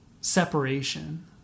separation